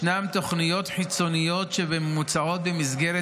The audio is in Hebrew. ישנן תוכניות חיצוניות שמוצעות במסגרת